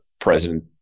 president